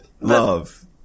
Love